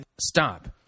Stop